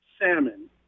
salmon